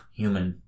human